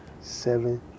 Seven